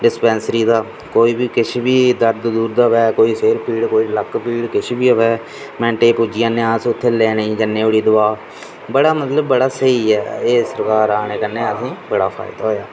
dispensary दा कोई बी किश बी दर्द होऐ कोई सिर पीड़ कोई लक्क पीड़ किश बी होआ मैंटें गी पुज्जी जन्नेआं अस लैने गी जन्ने ओन्नी उत्थै दवां बड़ा मतलव बड़ा स्हेई ऐ एह् सरकार आने कन्नै असें गी बड़ा फायदा होआ